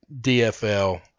DFL